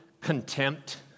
contempt